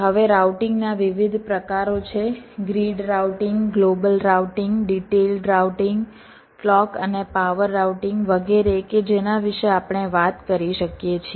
હવે રાઉટિંગના વિવિધ પ્રકારો છે grid routing global routing detailed routing clock અને પાવર રાઉટિંગ વગેરે કે જેના વિશે આપણે વાત કરી શકીએ છીએ